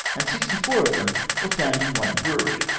and sixty four of them were found in one brewery.